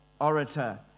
orator